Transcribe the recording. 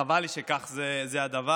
חבל לי שכך הדבר.